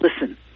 listen